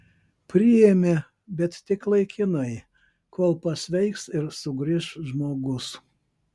priėmė bet tik laikinai kol pasveiks ir sugrįš žmogus